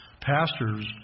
pastors